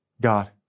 God